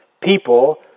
People